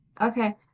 okay